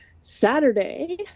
Saturday